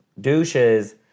douches